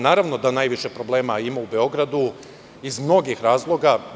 Naravno najviše problema ima u Beogradu iz mnogih razloga.